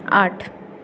आठ